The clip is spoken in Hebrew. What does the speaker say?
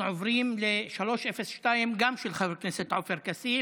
אנחנו עוברים ל-302, גם של חבר הכנסת עופר כסיף: